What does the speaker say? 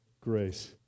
grace